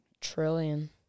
Trillion